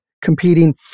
competing